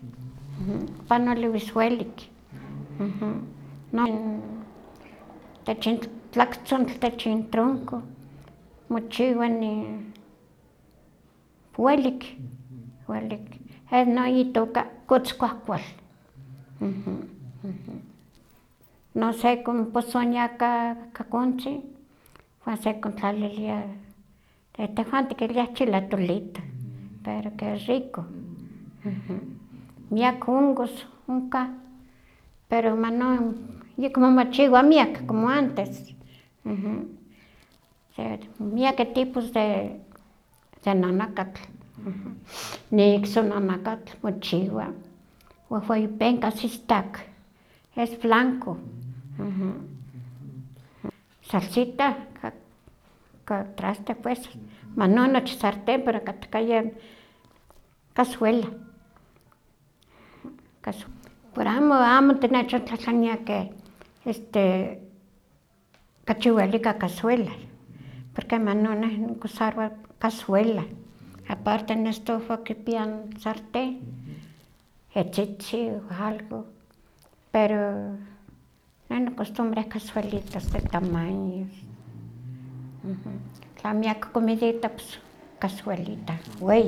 Panoliwis welik, tech in tlaktzontl tech in tronco, welik, welik, es no itooka kotzkuahkual, no sekonposinia ka ka kontzi, wan sekontlalialia ke tehwan tikiliah chilatolito, pero qué rico, miak hongos onka, pero manon yekmo mochiwa miak como antes, se miakeh tipos de de nanakatl, ni iksonanakatl mochiwa, wehweyi penkas istak, es blanco, salsita ka ka traste pues manon nochi sarten, pero katkaya cazuela, pero amo amo tinechontlahtlania ke este kachi welik ka cazuela, porque manon neh nikusarowa cazuela, aparte noestufa kipia sartén etzitzin o algo, pero neh nocostumbre cazuelitas de tamaños, tla miak comidita pues cazuelita weyi.